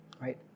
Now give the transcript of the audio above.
right